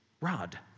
rod